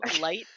Light